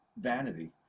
vanity